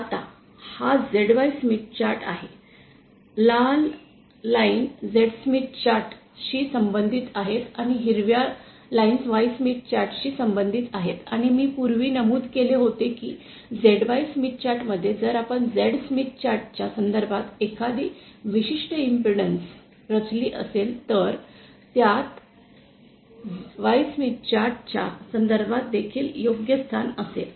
आता हा ZY Smith chart आहे लाल ओळी Z स्मिथ चार्ट शी संबंधित आहेत आणि हिरव्या ओळी Y स्मिथ चार्ट शी संबंधित आहेत आणि मी पूर्वी नमूद केले होते की ZY स्मिथ चार्ट मध्ये जर आपण Z स्मिथ चार्ट च्या संदर्भात एखादी विशिष्ट इम्पेडन्स रचली असेल तर त्यात Y स्मिथ चार्ट च्या संदर्भात देखील योग्य स्थान असेल